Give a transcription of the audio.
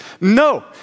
No